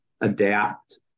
ADAPT